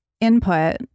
input